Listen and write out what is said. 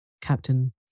Captain